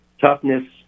toughness